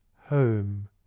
Home